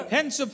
Hence